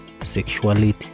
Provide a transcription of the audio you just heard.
sexuality